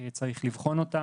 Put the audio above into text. צריך לבחון אותה.